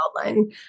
outline